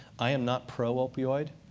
i am not pro-opioid.